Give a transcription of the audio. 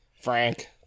frank